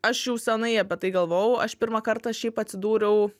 aš jau senai apie tai galvojau aš pirmą kartą šiaip atsidūriau